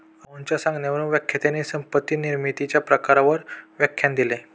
रोहनच्या सांगण्यावरून व्याख्यात्याने संपत्ती निर्मितीच्या प्रकारांवर व्याख्यान दिले